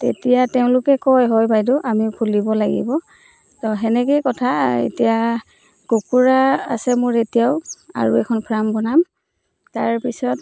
তেতিয়া তেওঁলোকে কয় হয় বাইদেউ আমি খুলিব লাগিব তো সেনেকৈয়ে কথা এতিয়া কুকুৰা আছে মোৰ এতিয়াও আৰু এখন ফাৰ্ম বনাম তাৰ পিছত